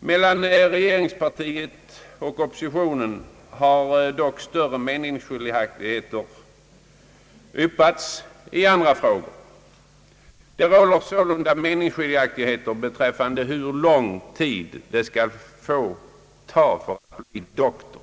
Mellan regeringspartiet och oppositionen har dock större meningsskiljaktigheter yppats i andra frågor, t.ex. om hur lång tid det skall få ta att bli doktor.